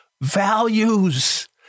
values